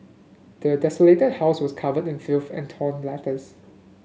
the desolated house was covered in filth and torn letters